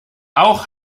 auch